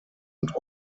und